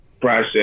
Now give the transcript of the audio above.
process